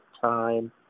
time